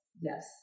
Yes